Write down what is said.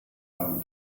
einem